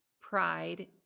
pride